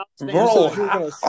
Bro